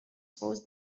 forced